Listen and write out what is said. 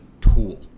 tool